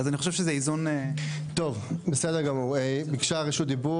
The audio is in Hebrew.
אז אני חושב שכן יש פה איזון.